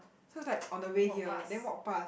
so is like on the way here then walk past